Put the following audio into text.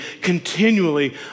continually